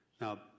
Now